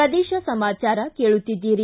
ಪ್ರದೇಶ ಸಮಾಚಾರ ಕೇಳುತ್ತಿದ್ದೀರಿ